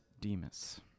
Demas